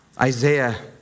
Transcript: Isaiah